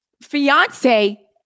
fiance